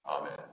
Amen